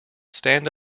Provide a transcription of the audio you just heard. stand